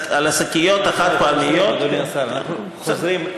על השקיות החד-פעמיות, אדוני השר, אנחנו חוזרים.